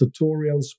tutorials